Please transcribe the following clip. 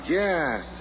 yes